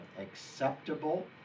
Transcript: acceptable